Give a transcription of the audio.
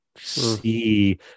see